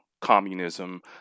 communism